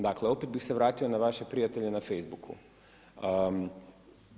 Dakle, opet bih se vratio na vaše prijatelje na Facebook-u.